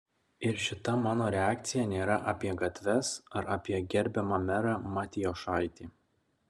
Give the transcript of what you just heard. ir šita mano reakcija nėra apie gatves ar apie gerbiamą merą matijošaitį